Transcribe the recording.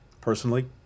Personally